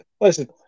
listen